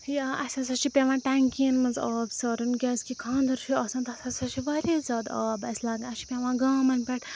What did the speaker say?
یا اَسہِ ہَسا چھِ پٮ۪وان ٹٮ۪نٛکِیَن منٛز آب سارُن کیٛازِکہِ خانٛدَر چھُ آسان تَتھ ہَسا چھِ واریاہ زیادٕ آب اَسہِ لَگان اَسہِ چھِ پٮ۪وان گامَن پٮ۪ٹھ